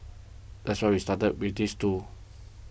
that's why we started with these two